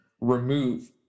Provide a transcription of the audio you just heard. remove